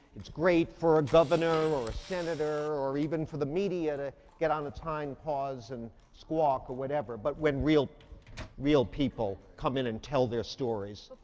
it's great for a governor or a senator or even for the media to get on its hind paws and squawk or whatever, but when real real people come in and tell their stories.